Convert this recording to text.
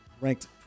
ranked